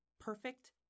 perfect